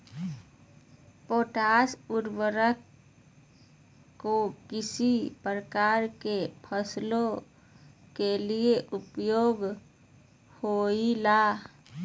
Potash उर्वरक को किस प्रकार के फसलों के लिए उपयोग होईला?